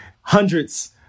hundreds